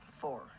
four